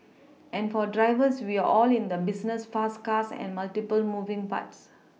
and for drivers we are all in the business fast cars and multiple moving parts